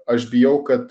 aš bijau kad